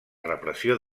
repressió